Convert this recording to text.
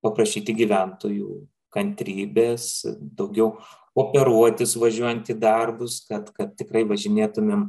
paprašyti gyventojų kantrybės daugiau kooperuotis važiuojant į darbus kad kad tikrai važinėtumėm